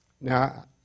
Now